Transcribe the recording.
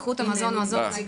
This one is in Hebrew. שמי